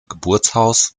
geburtshaus